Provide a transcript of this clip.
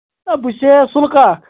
ہے بہٕ چھُسے یہ سُلہٕ کاک